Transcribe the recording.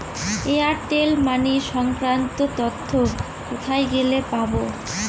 Airtel money সংক্রান্ত তথ্য কোথায় গেলে পাব?